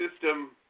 system